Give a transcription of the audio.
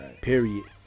period